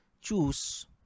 choose